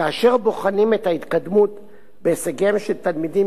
כאשר בוחנים את ההתקדמות בהישגיהם של תלמידים